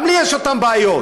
גם לי יש אותן בעיות,